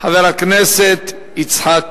חבר הכנסת יצחק כהן.